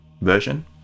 version